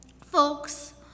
folks